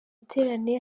giterane